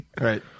right